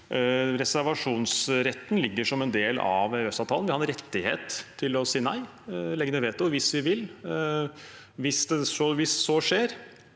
Reservasjonsretten ligger som en del av EØS-avtalen. Vi har en rettighet til å si nei, til å legge ned veto hvis vi vil. Hvis så skjer,